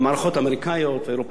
הם לא טיפשים, האמריקנים.